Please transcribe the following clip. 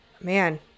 man